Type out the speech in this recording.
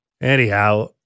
Anyhow